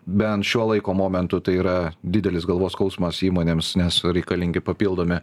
bent šiuo laiko momentu tai yra didelis galvos skausmas įmonėms nes reikalingi papildomi